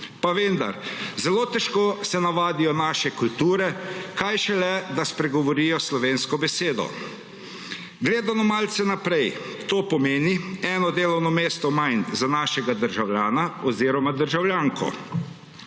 Pa vendar, zelo težko se navadijo naše kulture, kaj šele, da spregovorijo slovensko besedo. Gledano malce naprej to pomeni eno delovno mesto manj za našega državljana oziroma državljanko,